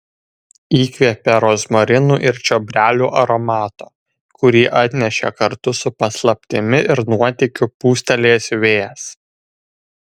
įkvėpė rozmarinų ir čiobrelių aromato kurį atnešė kartu su paslaptimi ir nuotykiu pūstelėjęs vėjas